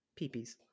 Peepees